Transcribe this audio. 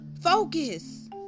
focus